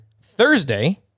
Thursday